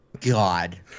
God